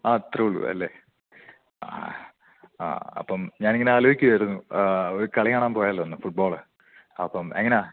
അത്രയുള്ളൂ അല്ലേ ആ ആ അപ്പം ഞാനിങ്ങനെ ആലോചിക്കുകയായിരുന്നു ഒരു കളി കാണാൻ പോയാലോ എന്ന് ഫുട്ബോള് അപ്പം എങ്ങനാ